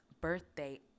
birthday